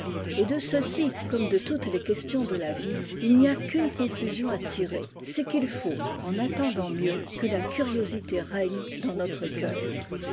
et de ceci comme de es les questions de la vie il n'y a qu'une conclusion à r c'est qu'il faut en attendant mieux que la curiosité ne dans notre cœur